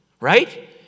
Right